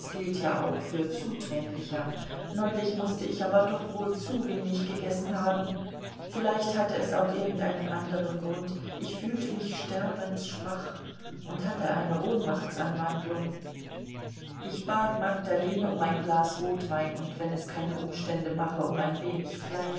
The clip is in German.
gilt ja auch für zuträglicher neulich mußte ich aber doch wohl zu wenig gegessen haben vielleicht hatte es auch irgend einen anderen grund ich fühlte mich sterbensschwach und hatte eine ohnmachtsanwandlung ich bat magdalene um ein glas rotwein und wenn es keine umstände mache um ein wenig